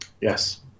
Yes